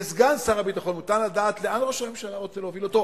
לסגן שר הביטחון מותר לדעת לאן ראש הממשלה רוצה להוביל אותו?